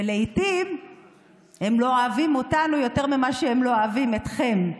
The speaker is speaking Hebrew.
ולעיתים הם לא אוהבים אותנו יותר ממה שהם לא אוהבים אתכם.